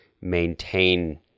maintain